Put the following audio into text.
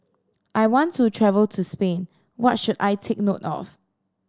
I want to travel to Spain what should I take note of